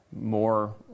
more